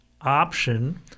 option